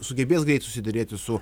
sugebės greit susiderėti su